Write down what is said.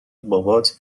بابات